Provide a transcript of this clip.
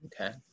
Okay